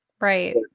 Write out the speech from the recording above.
Right